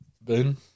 Ben